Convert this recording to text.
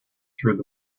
through